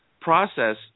process